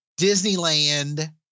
Disneyland